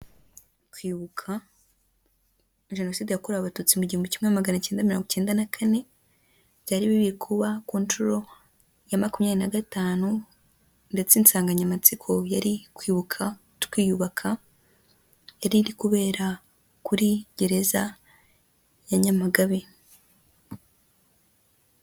Kwibuka jenoside yakorewe abatutsi mu gihumbi kimwe magana kenda mirongo ikenda na kane, byari biri kuba ku nshuro ya makumyabiri na gatanu, ndetse insanganyamatsiko yari kwibuka twiyubaka, yariri kubera kuri gereza ya Nyamagabe.